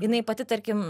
jinai pati tarkim